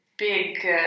big